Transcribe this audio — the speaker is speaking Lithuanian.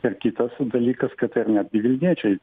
ir kitas dalykas kad ir netgi vilniečiai